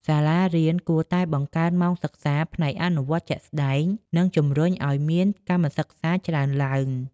សាលារៀនគួរតែបង្កើនម៉ោងសិក្សាផ្នែកអនុវត្តជាក់ស្តែង និងជំរុញឱ្យមានកម្មសិក្សាច្រើនឡើង។